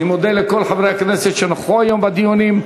אני מודה לכל חברי הכנסת שנכחו היום בדיונים.